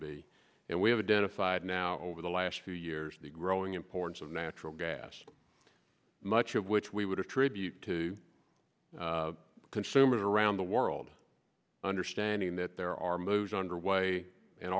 be and we have identified now over the last few years the growing importance of natural gas much of which we would attribute to consumers around the world understanding that there are moves underway and